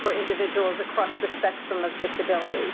for individuals across the spectrum of disability.